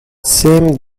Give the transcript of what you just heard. same